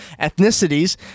ethnicities